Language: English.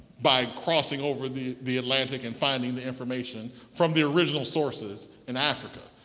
by crossing over the the atlantic and finding the information from the original sources in africa.